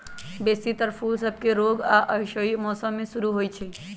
बेशी तर फूल सभके रोग आऽ असहयोगी मौसम में शुरू होइ छइ